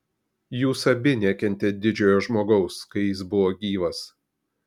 jūs abi nekentėt didžiojo žmogaus kai jis buvo gyvas